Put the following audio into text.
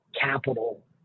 capital